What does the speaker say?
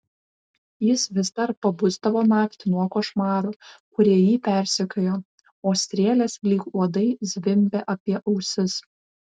jis vis dar pabusdavo naktį nuo košmarų kurie jį persekiojo o strėlės lyg uodai zvimbė apie ausis